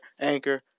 anchor